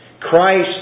Christ